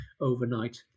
overnight